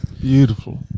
Beautiful